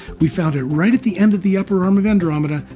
we found it right at the end of the upper arm of andromeda,